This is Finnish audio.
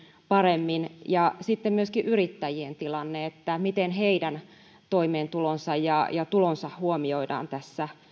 paremmin sitten myöskin yrittäjien tilanne miten heidän toimeentulonsa ja ja tulonsa huomioidaan tässä